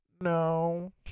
no